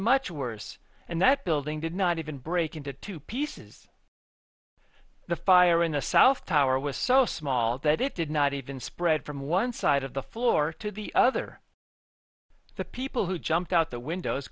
much worse and that building did not even break into two pieces the fire in the south tower was so small that it did not even spread from one side of the floor to the other the people who jumped out the windows